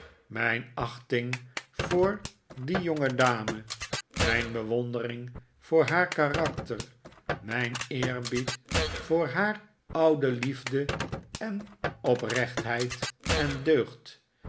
mijn achting voor die jongedame mijn bewondering voor haar karakter mijn eerbied voor haar ouderliefde en oprechtheid en